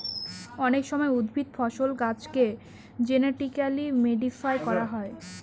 অনেক সময় উদ্ভিদ, ফসল, গাছেকে জেনেটিক্যালি মডিফাই করা হয়